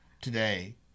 today